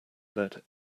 let